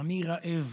אני רעב,